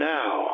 now